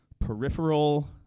peripheral